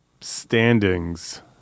standings